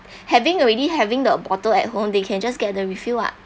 having already having the bottle at home they can just get the refill ah